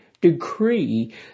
decree